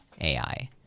AI